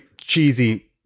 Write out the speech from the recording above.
cheesy